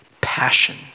passion